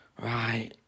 right